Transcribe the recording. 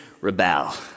rebel